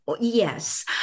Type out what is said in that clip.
Yes